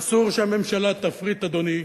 אסור שהממשלה תפריט, אדוני,